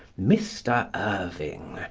mr irving,